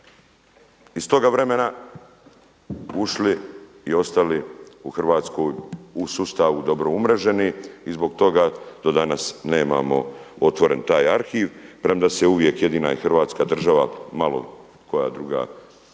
iz toga vremena ušli i ostali u Hrvatskoj u sustavu dobro umreženi i zbog toga do danas nemamo otvoren taj arhiv premda se uvijek jedina i Hrvatska država, malo koja druga da